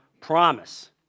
promise